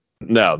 No